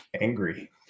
angry